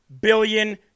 billion